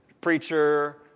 preacher